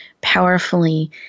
powerfully